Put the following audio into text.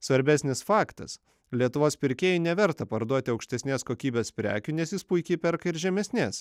svarbesnis faktas lietuvos pirkėjui neverta parduoti aukštesnės kokybės prekių nes jis puikiai perka ir žemesnės